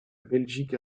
belgique